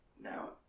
Now